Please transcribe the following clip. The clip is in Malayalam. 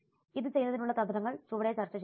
ഇത് ചെയ്യുന്നതിനുള്ള തന്ത്രങ്ങൾ ചുവടെ ചർച്ച ചെയ്യും